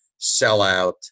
Sellout